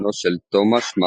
בנו של טומאש מסריק.